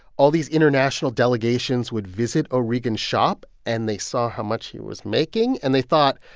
all these international delegations would visit o'regan's shop, and they saw how much he was making and they thought,